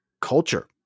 culture